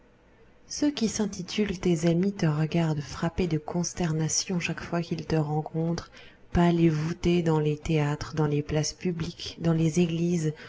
ceux qui s'intitulent tes amis te regardent frappés de consternation chaque fois qu'ils te rencontrent pâle et voûté dans les théâtres dans les places publiques dans les églises